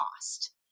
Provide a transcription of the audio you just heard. cost